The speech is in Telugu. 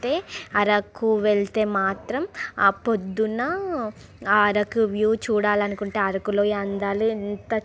అరకు వెళితే మాత్రం ఆ పొద్దున్న అరకు వ్యూ చూడాలనుకుంటే అరకులోయ అందాలు ఎంత